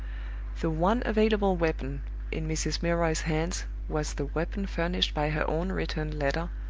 the one available weapon in mrs. milroy's hands was the weapon furnished by her own returned letter,